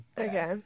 Okay